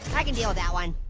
i could deal with that one.